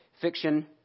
fiction